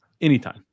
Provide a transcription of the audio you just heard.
anytime